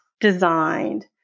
designed